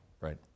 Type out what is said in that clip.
Right